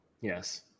Yes